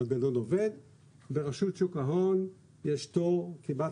המנגנון עובד וברשות שוק ההון יש תור כמעט